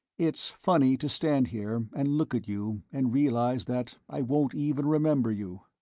it's funny to stand here and look at you and realize that i won't even remember you.